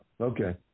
okay